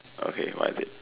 okay what is it